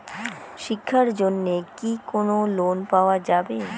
শিক্ষার জন্যে কি কোনো লোন পাওয়া যাবে?